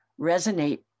resonate